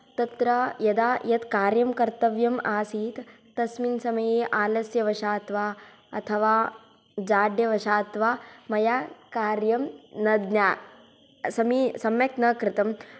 तत्र यदा यत् कार्यं कर्त्तव्यम् आसीत् तस्मिन् समये आलस्यवशात् वा अथवा जाड्यवशात् वा मया कार्यं न ज्ञा समी सम्यक् न कृतम्